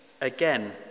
Again